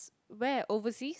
where overseas